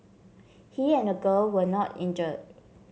he and the girl were not injured